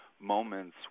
moments